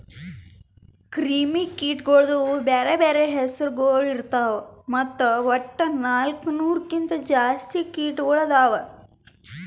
ಕ್ರಿಮಿ ಕೀಟಗೊಳ್ದು ಬ್ಯಾರೆ ಬ್ಯಾರೆ ಹೆಸುರಗೊಳ್ ಇರ್ತಾವ್ ಮತ್ತ ವಟ್ಟ ನಾಲ್ಕು ನೂರು ಕಿಂತ್ ಜಾಸ್ತಿ ಕೀಟಗೊಳ್ ಅವಾ